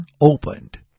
opened